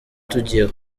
tugiye